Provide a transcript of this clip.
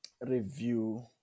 review